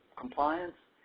compliance,